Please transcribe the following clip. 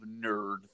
Nerd